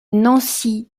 nancy